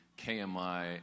KMI